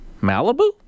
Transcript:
Malibu